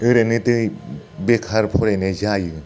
ओरैनो दै बेखार फरायनाय जायो